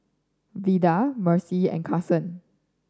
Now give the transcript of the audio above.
Vida Mercy and Carson